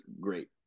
great